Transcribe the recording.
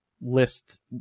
list